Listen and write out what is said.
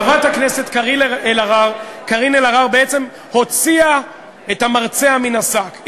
חברת הכנסת קארין אלהרר בעצם הוציאה את המרצע מן השק.